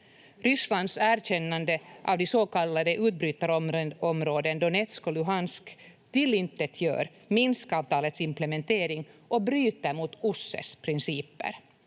Rysslands erkännande av de så kallade utbrytarområdena Donetsk och Luhansk tillintetgör Minskavtalets implementering och bryter mot OSSEs principer,